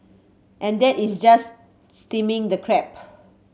and that is just steaming the crab